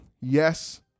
yes